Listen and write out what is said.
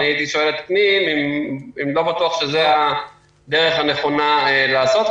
אני הייתי שואל את פנים אם לא בטוח שזו הדרך הנכונה לעשות,